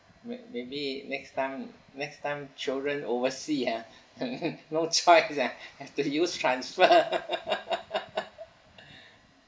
may maybe next time next time children oversea ah no choice ah have to use transfer